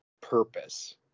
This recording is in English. purpose